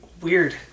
Weird